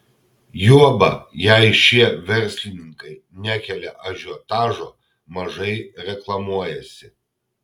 juoba jei šie verslininkai nekelia ažiotažo mažai reklamuojasi